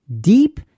Deep